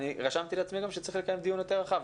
רשמתי לעצמי גם שצריך לקיים דיון יותר רחב,